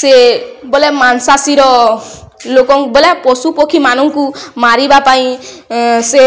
ସେ ବଲେ ମାଂସାଶିର ଲୋକଙ୍କୁ ବଲେ ପଶୁପକ୍ଷୀ ମାନଙ୍କୁ ମାରିବା ପାଇଁ ସେ